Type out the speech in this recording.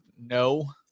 No